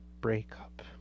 breakup